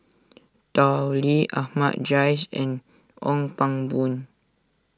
Tao Li Ahmad Jais and Ong Pang Boon